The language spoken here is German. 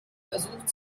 versucht